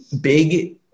big